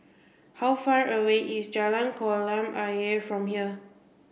how far away is Jalan Kolam Ayer from here